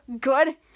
good